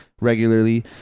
regularly